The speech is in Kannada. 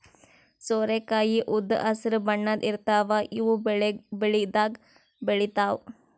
ಸೋರೆಕಾಯಿ ಉದ್ದ್ ಹಸ್ರ್ ಬಣ್ಣದ್ ಇರ್ತಾವ ಇವ್ ಬೆಳಿದಾಗ್ ಬೆಳಿತಾವ್